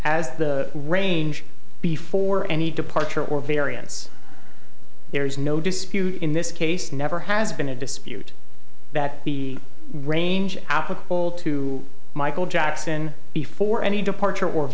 as the range before any departure or variance there is no dispute in this case never has been a dispute that the range applicable to michael jackson before any departure or